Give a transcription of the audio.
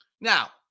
Now